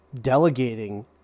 delegating